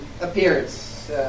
appearance